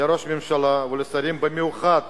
לראש הממשלה ולשרים, במיוחד